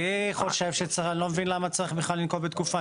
אני לא יודע למה צריך לנקוב בתקופה.